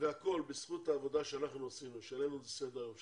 והכל בזכות העבודה שאנחנו עשינו שהעלינו לסדר היום,